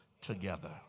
together